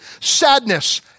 sadness